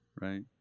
right